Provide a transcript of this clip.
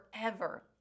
forever